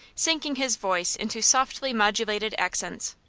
sinking his voice into softly modulated accents.